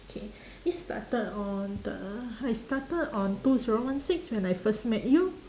okay it started on the I started on two zero one six when I first met you